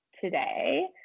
today